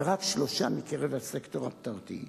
ורק שלושה מקרב הסקטור הפרטי,